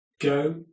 go